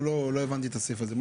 הבנתי את הסעיף הזה.